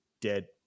dead